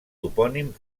topònim